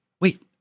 wait